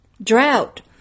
Drought